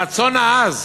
הרצון העז